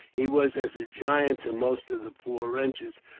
he was as a giant to most of the poor wretches,